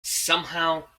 somehow